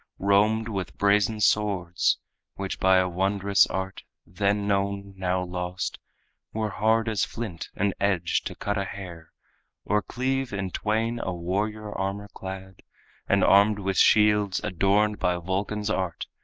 roamed with brazen swords which by a wondrous art then known, now lost were hard as flint, and edged to cut a hair or cleave in twain a warrior armor-clad and armed with shields adorned by vulcan's art,